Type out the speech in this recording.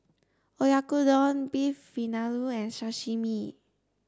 Oyakodon Beef Vindaloo and Sashimi